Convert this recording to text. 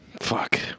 Fuck